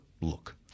look